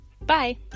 Bye